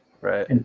Right